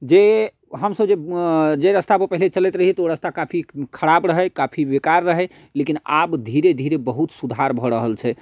जे हमसब जे रस्तापर पहिले चलैत रहिए ओ रस्ता काफी खराब रहै काफी बेकार रहै लेकिन आब धीरे धीरे बहुत सुधार भऽ रहल छै